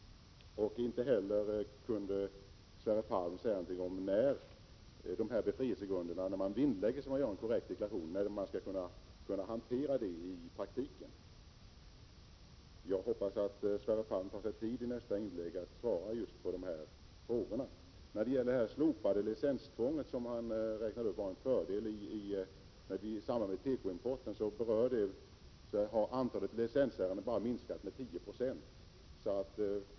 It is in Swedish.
Inte heller kunde Sverre Palm säga någonting om hur man i praktiken skall kunna hantera befrielsegrunden att någon har vinnlagt sig om att göra en korrekt deklaration. Jag hoppas att Sverre Palm i sitt nästa inlägg tar sig tid att svara på dessa frågor. Vad gäller det slopade licenstvånget, som han ansåg vara en fördel i samband med tekoimporten, kan nämnas att antalet licensärenden bara har minskat med 10 96.